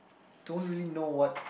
don't really know what